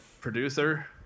producer